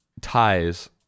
ties